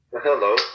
hello